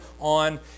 on